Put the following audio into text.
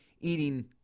eating